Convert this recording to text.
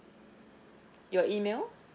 your email